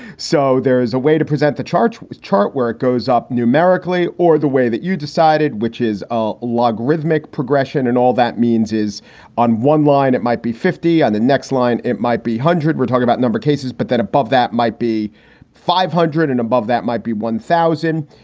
so there is a way to present the charts with chart where it goes up numerically or the way that you decided, which is a logarithmic progression. and all that means is on one line. it might be fifty on the next line. it might be hundred. we're talking about no cases, but then above that might be five hundred and above that might be one thousand.